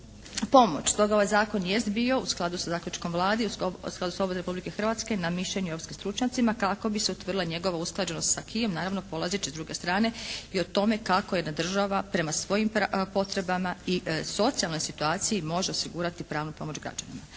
pomoć. Stoga ovaj zakon jest bio u skladu sa zaključkom Vlade i u skladu s …/Govornik se ne razumije./… Republike Hrvatske na mišljenje europskim stručnjacima kako bi se utvrdila njegova usklađenost sa acquisem naravno polazeći s druge strane i o tome kako jedna država prema svojim potrebama i socijalno situaciji može osigurati pravnu pomoć građanima.